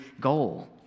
goal